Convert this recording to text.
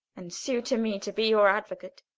and sue to me to be your advocate.